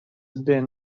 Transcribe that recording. been